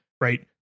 Right